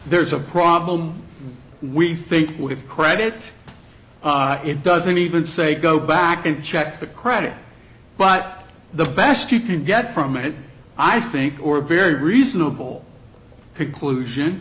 there's a problem we think we have credit it doesn't even say go back and check the credit but the best you can get from it i think or very reasonable conclusion